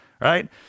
right